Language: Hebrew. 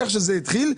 איך שזה התחיל.